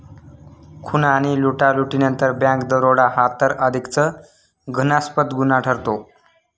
खून आणि लुटालुटीनंतर बँक दरोडा हा तर अधिकच घृणास्पद गुन्हा ठरतो